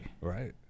Right